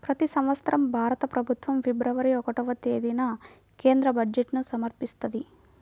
ప్రతి సంవత్సరం భారత ప్రభుత్వం ఫిబ్రవరి ఒకటవ తేదీన కేంద్ర బడ్జెట్ను సమర్పిస్తది